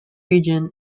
region